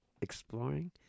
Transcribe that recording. exploring